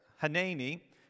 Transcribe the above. Hanani